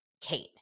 Kate